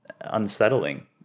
unsettling